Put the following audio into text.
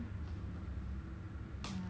mm